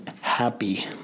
happy